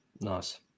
Nice